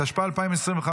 התשפ"ה 2025,